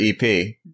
ep